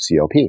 COP